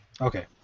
Okay